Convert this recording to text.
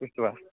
बुस्थुया